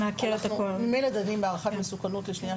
אנחנו ממילא דנים בהערכת מסוכנות בשנייה,